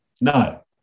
No